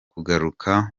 kugaruka